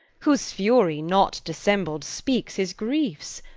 whose fury not dissembled speaks his griefs.